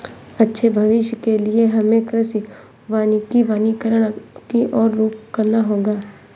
अच्छे भविष्य के लिए हमें कृषि वानिकी वनीकरण की और रुख करना होगा